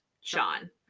Sean